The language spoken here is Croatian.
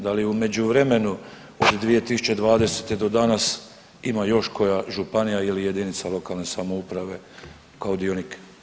Da li je u međuvremenu od 2020. do danas ima još koja županija ili jedinica lokalne samouprave kao dionik?